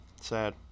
Sad